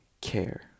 care